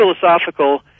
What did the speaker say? philosophical